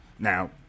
Now